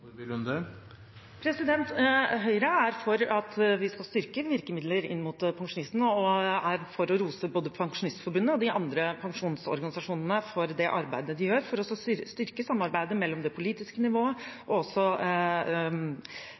Høyre er for at vi skal styrke virkemidlene for pensjonistene, og vi er for å rose både Pensjonistforbundet og de andre pensjonistorganisasjonene for arbeidet de gjør for å styrke samarbeidet mellom det politiske nivået og